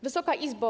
Wysoka Izbo!